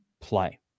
play